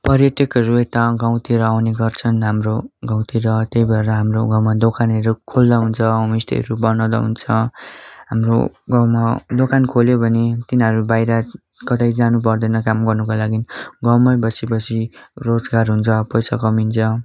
पर्यटकहरू यता गाउँतिर आउने गर्छन् हाम्रो गाउँतिर त्यही भएर हाम्रो गाउँमा दोकानहरू खोल्दा हुन्छ होमस्टेहरू बनाउँदा हुन्छ हाम्रो गाउँमा दोकान खोल्यो भने तिनीहरू बाहिर कतै जानुपर्दैन काम गर्नुको लागि गाउँमै बसीबसी रोजगार हुन्छ पैसा कमिन्छ